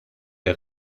der